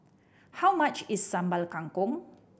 how much is Sambal Kangkong